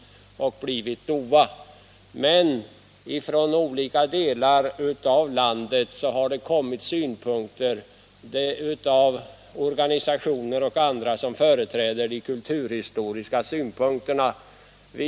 Men även från olika delar av landet har organisationer och andra som företräder de kulturhistoriska synpunkterna hört av sig.